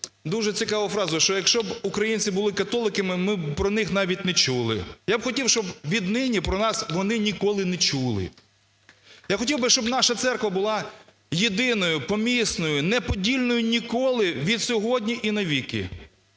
дуже цікаву фразу, що якщо б українці були католиками, ми б про них навіть не чули. Я б хотів, щоб від нині про нас вони ніколи не чули. Я хотів би, щоб наша Церква була Єдиною Помісною неподільною ніколи від сьогодні і навіки.